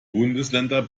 bundesländer